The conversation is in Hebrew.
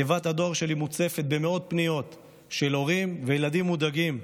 תיבת הדואר שלי מוצפת במאות פניות של הורים וילדים מודאגים,